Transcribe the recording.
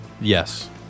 Yes